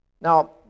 Now